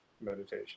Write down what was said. meditation